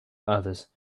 others